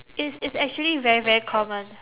it's it's actually very very common